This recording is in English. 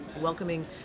welcoming